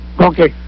Okay